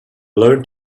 learned